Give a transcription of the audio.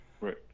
Right